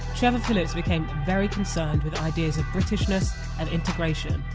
trevor phillips became very concerned with ideas of britishness and integration.